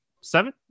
seven